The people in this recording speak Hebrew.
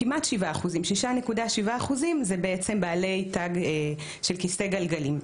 ו-6.7% בעלי תג של כיסא גלגלים.